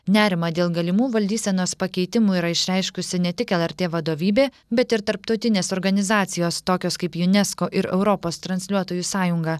nerimą dėl galimų valdysenos pakeitimų yra išreiškusi ne tik lrt vadovybė bet ir tarptautinės organizacijos tokios kaip junesko ir europos transliuotojų sąjunga